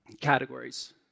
categories